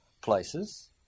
places